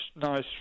nice